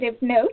note